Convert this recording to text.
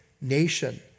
nation